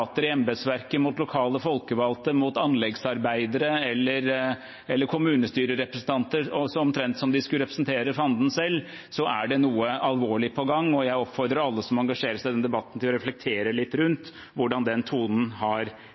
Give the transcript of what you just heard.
i embetsverket, mot lokale folkevalgte, mot anleggsarbeidere eller kommunestyrerepresentanter omtrent som om de skulle representere fanden selv, så er det noe alvorlig på gang, og jeg oppfordrer alle som engasjerer seg i denne debatten, til å reflektere litt rundt hvordan den tonen har